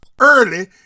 early